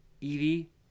Evie